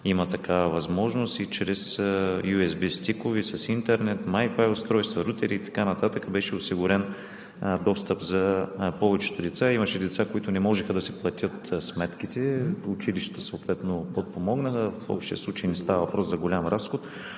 има такава възможност и чрез USB стикове, интернет, Wi-Fi устройства, рутери и така нататък беше осигурен достъп за повечето деца. Имаше деца, които не можеха да си платят сметките, и училищата съответно подпомогнаха. В общия случай не става въпрос за голям разход.